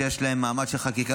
שיש להם מעמד של חקיקה,